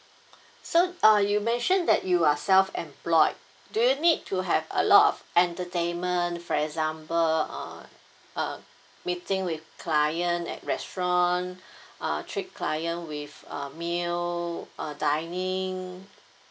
so uh you mention that you are self employed do you need to have a lot of entertainment for example uh uh meeting with client at restaurant uh treat client with a meal a dining